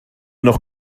noch